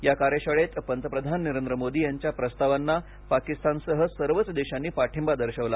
या कार्यशाळेत पंतप्रधान नरेंद्र मोदी यांच्या प्रस्तावांना पाकिस्तानसह सर्वच देशांनी पाठिंबा दर्शविला